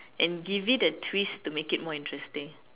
and give it a twist to make it more interesting